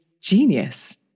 genius